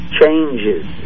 changes